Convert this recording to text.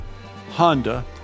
Honda